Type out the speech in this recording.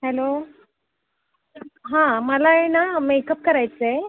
hello हां मला आहे ना मेकअप करायचं आहे